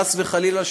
חס וחלילה,